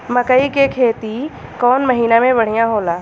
मकई के खेती कौन महीना में बढ़िया होला?